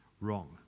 wrong